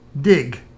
dig